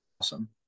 awesome